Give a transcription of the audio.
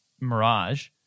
mirage